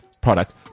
Product